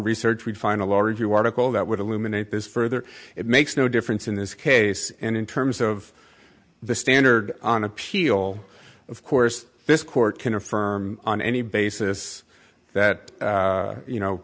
research we'd find a law review article that would eliminate this further it makes no difference in this case and in terms of the standard on appeal of course this court can affirm on any basis that you know